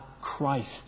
Christ